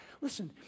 listen